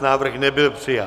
Návrh nebyl přijat.